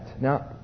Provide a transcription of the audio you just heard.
Now